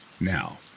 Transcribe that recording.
Now